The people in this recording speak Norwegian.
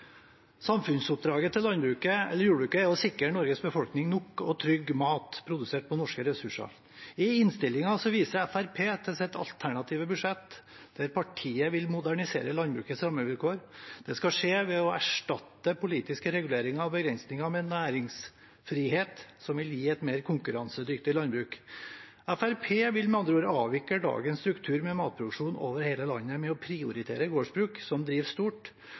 Samfunnsoppdraget til jordbruket er å sikre Norges befolkning nok og trygg mat, produsert med norske ressurser. I innstillingen viser Fremskrittspartiet til sitt alternative budsjett, der partiet vil modernisere landbrukets rammevilkår. Det skal skje ved å erstatte politiske reguleringer og begrensninger med næringsfrihet, som vil gi et mer konkurransedyktig landbruk. Fremskrittspartiet vil med andre ord avvikle dagens struktur med matproduksjon over hele landet ved å prioritere gårdsbruk som driver stort,